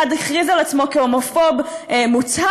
אחד הכריז על עצמו כהומופוב מוצהר,